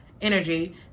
energy